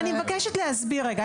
אני מבקשת להסביר רגע.